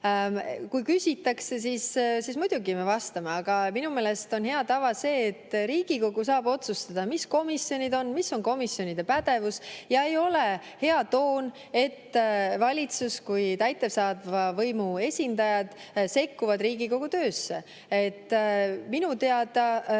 Kui küsitakse, siis muidugi me vastame. Aga minu meelest on hea tava see, et Riigikogu saab otsustada, mis komisjonid on ja mis on komisjonide pädevus. Ei ole hea toon, et valitsus kui täidesaatva võimu esindaja sekkub Riigikogu töösse. Minu teada,